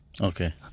Okay